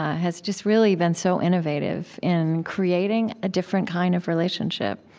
has just really been so innovative in creating a different kind of relationship.